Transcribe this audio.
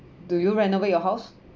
do you renovate your house